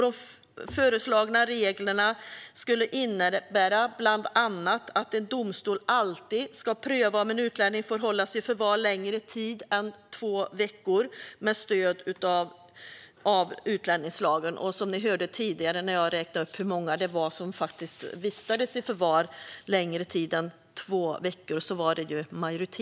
De föreslagna reglerna skulle bland annat innebära att en domstol alltid ska pröva om en utlänning får hållas i förvar längre tid än två veckor med stöd av utlänningslagen. Ni hörde tidigare att jag räknade upp hur många det var som faktiskt vistades i förvar längre tid än två veckor. Det var ju majoriteten.